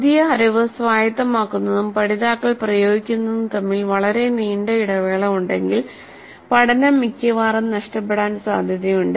പുതിയ അറിവ് സ്വായത്തമാക്കുന്നതും പഠിതാക്കൾ പ്രയോഗിക്കുന്നതും തമ്മിൽ വളരെ നീണ്ട ഇടവേള ഉണ്ടെങ്കിൽ പഠനം മിക്കവാറും നഷ്ടപ്പെടാൻ സാധ്യതയുണ്ട്